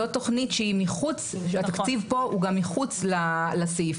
זאת תוכנית שהתקציב פה הוא גם מחוץ לסעיף